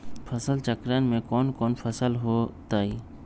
फसल चक्रण में कौन कौन फसल हो ताई?